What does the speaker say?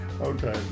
Okay